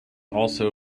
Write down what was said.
also